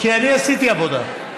כי אני עשיתי עבודה.